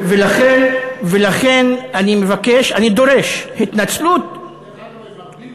לכן אני מבקש, אני דורש, התנצלות, דרך אגב,